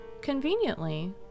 Conveniently